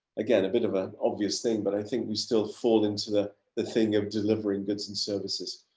again, a bit of an obvious thing, but i think we still fall into the the thing of delivering goods and services.